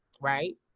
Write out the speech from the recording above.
right